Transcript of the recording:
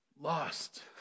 Lost